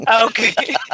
okay